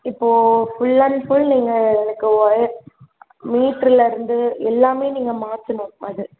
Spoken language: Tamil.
இப்போது ஃபுல் அண்ட் ஃபுல் நீங்கள் இதுக்கு ஒயர் மீட்டரில் இருந்து எல்லாமே நீங்கள் மாற்றணும் அது